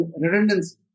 redundancy